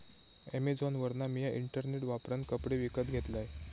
अॅमेझॉनवरना मिया इंटरनेट वापरान कपडे विकत घेतलंय